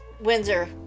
Windsor